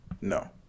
No